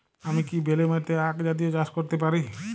আমি কি বেলে মাটিতে আক জাতীয় চাষ করতে পারি?